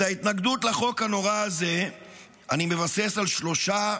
את ההתנגדות לחוק הנורא הזה אני מבסס על שלושה